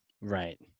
Right